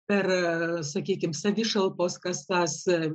per sakykim savišalpos kasą